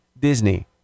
Disney